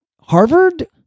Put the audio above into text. Harvard